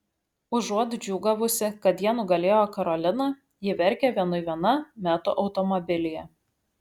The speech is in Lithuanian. užuot džiūgavusi kad jie nugalėjo karoliną ji verkia vienui viena meto automobilyje